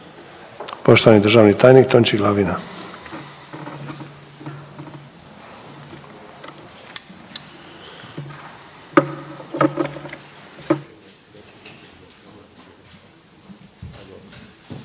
Poštovani državni tajnik Tonči Glavina.